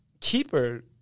keeper